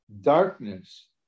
darkness